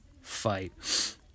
fight